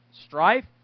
strife